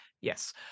Yes